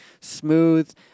smooth